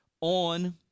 on